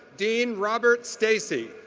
dean robert stacey.